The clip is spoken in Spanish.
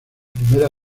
primera